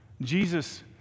Jesus